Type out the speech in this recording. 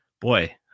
boy